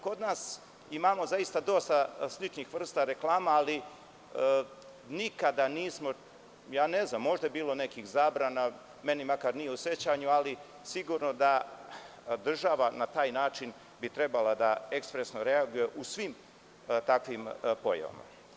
Kod nas imamo zaista dosta sličnih vrsta reklama, ali nikada, ja ne znam, možda je bilo nekih zabrana, meni makar nije u sećanju, ali sigurno da bi država na taj način trebala da ekspresno reaguje u svim takvim pojavama.